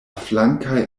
flankaj